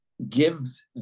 gives